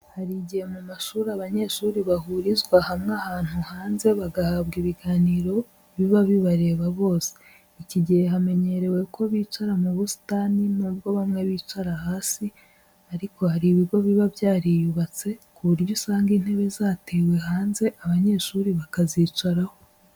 Hari igihe mu mashuri abanyeshuri bahurizwa hamwe ahantu hanze bagahabwa ibiganiro biba bibareba bose, iki gihe hamenyerewe ko bicara mu busitani n'ubwo bamwe bicara hasi ariko hari ibigo biba byariyubatse ku buryo usanga intebe zatewe hanze abanyeshuri bakazicaraho.